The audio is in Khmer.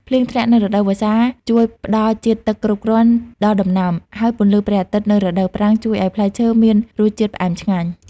ភ្លៀងធ្លាក់នៅរដូវវស្សាជួយផ្តល់ជាតិទឹកគ្រប់គ្រាន់ដល់ដំណាំ ហើយពន្លឺព្រះអាទិត្យនៅរដូវប្រាំងជួយឲ្យផ្លែឈើមានរសជាតិផ្អែមឆ្ងាញ់។